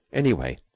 anyway,